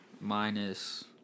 minus